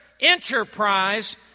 enterprise